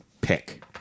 pick